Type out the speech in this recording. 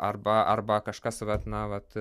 arba arba kažkas vat na vat